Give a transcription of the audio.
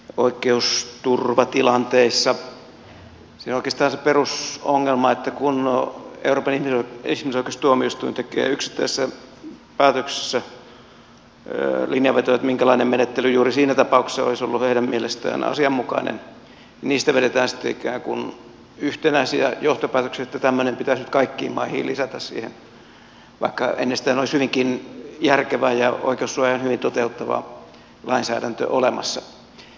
siinä on oikeastaan se perusongelma että kun euroopan ihmisoikeustuomioistuin tekee yksittäisessä päätöksessä linjanvetoja minkälainen menettely juuri siinä tapauksessa olisi ollut heidän mielestään asianmukainen niin siitä vedetään sitten ikään kuin yhtenäisiä johtopäätöksiä että tämmöinen pitäisi nyt kaikkiin maihin lisätä siihen vaikka ennestään olisi hyvinkin järkevä ja oikeussuojan hyvin toteuttava lainsäädäntö olemassa